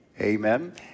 Amen